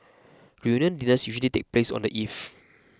reunion dinners usually take place on the eve